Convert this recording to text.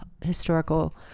historical